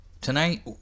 Tonight